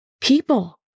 people